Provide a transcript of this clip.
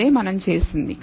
అదే మనం చేసింది